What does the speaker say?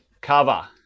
cover